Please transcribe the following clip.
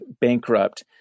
bankrupt